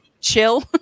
chill